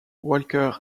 walker